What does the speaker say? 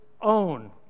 own